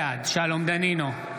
בעד שלום דנינו,